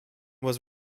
was